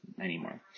anymore